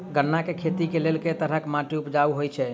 गन्ना केँ खेती केँ लेल केँ तरहक माटि उपजाउ होइ छै?